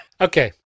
okay